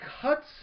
cuts